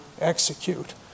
Execute